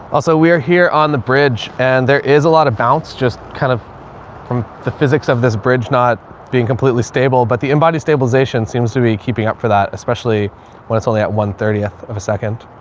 also we are here on the bridge and there is a lot of bounce just kind of from the physics of this bridge, not being completely stable but the embody stabilization seems to be keeping up for that, especially when it's only at one thirtieth of a second.